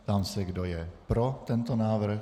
Ptám se, kdo je pro tento návrh.